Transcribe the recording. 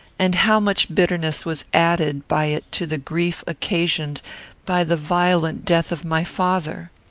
and how much bitterness was added by it to the grief occasioned by the violent death of my father!